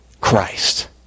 Christ